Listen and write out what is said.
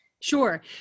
Sure